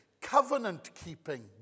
covenant-keeping